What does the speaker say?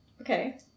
Okay